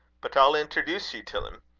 but i'll introduce ye till im.